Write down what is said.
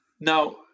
Now